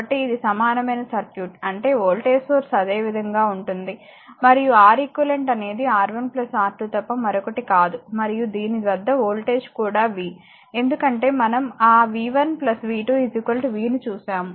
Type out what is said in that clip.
కాబట్టి ఇది సమానమైన సర్క్యూట్ అంటే వోల్టేజ్ సోర్స్ అదేవిధంగా ఉంటుంది మరియు R eq అనేది R1 R2 తప్ప మరొకటి కాదు మరియు దీని వద్ద వోల్టేజ్ కూడా v ఎందుకంటే మనం ఆ v1 v2 v ను చూశాము